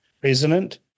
president